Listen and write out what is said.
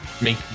make